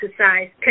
exercise